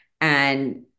And-